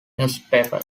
newspaper